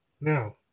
Now